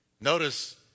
Notice